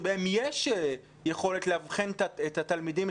שבהן יש יכולת לאבחן את התלמידים,